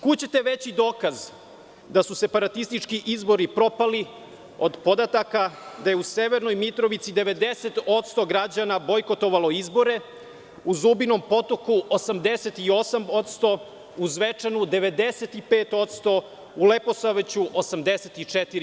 Kud ćete veći dokaz da su separatistički izbori propali od podataka da je u severnoj Mitrovici 90% građana bojkotovalo izbore, u Zubinom Potoku 88%, u Zvečanu 95%, u Leposaviću 84%